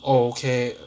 okay